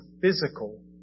physical